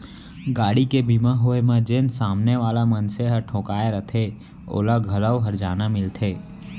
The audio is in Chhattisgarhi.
गाड़ी के बीमा होय म जेन सामने वाला मनसे ह ठोंकाय रथे ओला घलौ हरजाना मिलथे